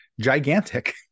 gigantic